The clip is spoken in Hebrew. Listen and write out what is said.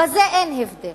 בזה אין הבדל